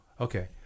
Okay